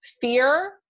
Fear